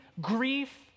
grief